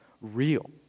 real